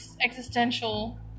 existential